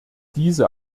diese